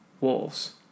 Wolves